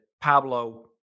Pablo